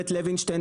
בית לוינשטיין,